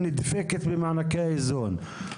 נדפקת במענקי האיזון.